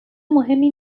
مهمی